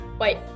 Wait